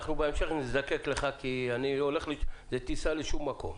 בהמשך נזדקק לך, כי אני הולך לטיסה לשום מקום.